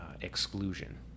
exclusion